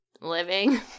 living